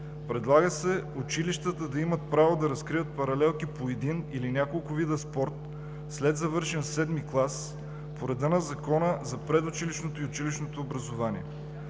Предлага се училищата да имат право да разкриват паралелки по един или няколко вида спорт, след завършен VII клас, по реда на Закона за предучилищното и училищното образование.